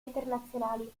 internazionali